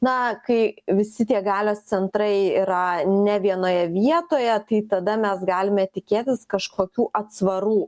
na kai visi tie galios centrai yra ne vienoje vietoje tai tada mes galime tikėtis kažkokių atsvarų